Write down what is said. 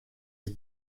der